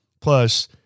Plus